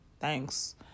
thanks